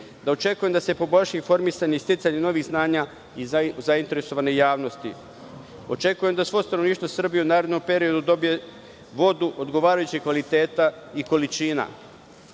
ekonomije; da se poboljša informisanje i sticanje novih znanja i zainteresovane javnosti; da svo stanovništvo Srbije u narednom periodu dobije vodu odgovarajućeg kvaliteta i količina;